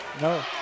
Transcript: No